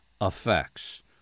effects